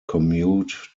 commute